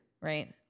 right